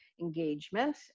engagement